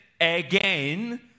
again